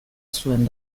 zuen